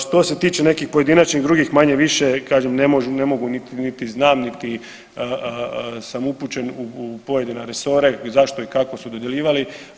Što se tiče nekih pojedinačnih drugih, manja više kažem ne mogu, niti znam, niti sam upućen u pojedine resore zašto i kako su dodjeljivali.